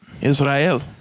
Israel